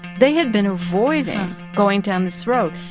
they had been avoiding going down this road.